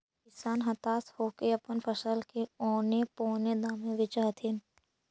किसान हताश होके अपन फसल के औने पोने दाम में बेचऽ हथिन